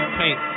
paint